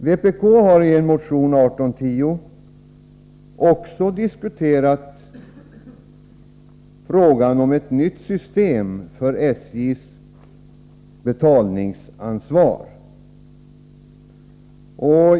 Vpk har i motion 1810 också tagit upp frågan om ett nytt system för SJ:s betalningsansvar.